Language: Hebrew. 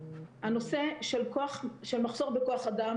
הנושא של מחסור בכוח אדם,